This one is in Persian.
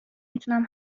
میتونم